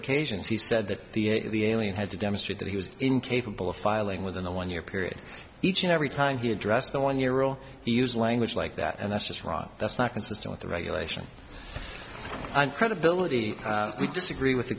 occasions he said that the only had to demonstrate that he was incapable of filing within the one year period each and every time he addressed the one year old he used language like that and that's just wrong that's not consistent with the regulation and credibility we disagree with the